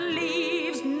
leaves